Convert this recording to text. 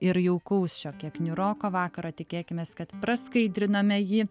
ir jaukaus šio kiek niūroko vakaro tikėkimės kad praskaidrinome jį